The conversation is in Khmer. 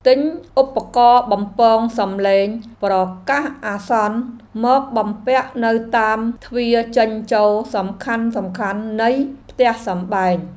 ទិញឧបករណ៍បំពងសំឡេងប្រកាសអាសន្នមកបំពាក់នៅតាមទ្វារចេញចូលសំខាន់ៗនៃផ្ទះសម្បែង។